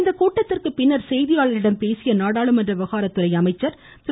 இந்த கூட்டத்திற்கு பின்னர் செய்தியாளர்களிடம் பேசிய நாடாளுமன்ற விவகாரத்துறை அமைச்சர் திரு